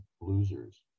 losers